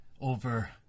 over